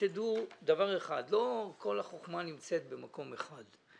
שתדעו דבר אחד, לא כל החוכמה נמצאת במקום אחד.